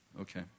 Okay